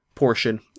portion